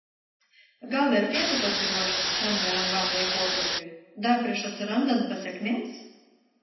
gal vertėtų pasiruošti šiam nelengvam laikotarpiui dar prieš atsirandant pasekmėms